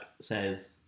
says